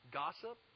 gossip